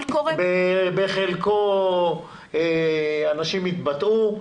שבחלקו אנשים התבטאו,